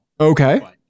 okay